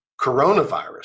coronavirus